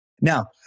Now